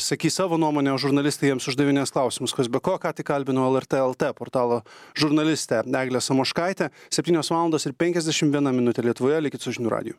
sakys savo nuomonę o žurnalistai jiems uždavinės klausimus kas be ko ką tik kalbinau lrt lt portalo žurnalistę eglę samoškaitę septynios valandos ir penkiasdešim viena minutė lietuvoje likit su žinių radiju